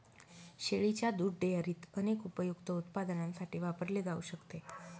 शेळीच्या दुध डेअरीत अनेक उपयुक्त उत्पादनांसाठी वापरले जाऊ शकते